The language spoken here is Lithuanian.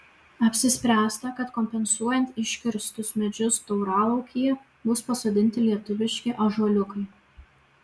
apsispręsta kad kompensuojant iškirstus medžius tauralaukyje bus pasodinti lietuviški ąžuoliukai